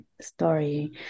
story